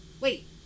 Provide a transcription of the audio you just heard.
wait